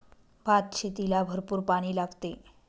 भातशेतीला भरपूर पाणी लागते